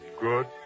good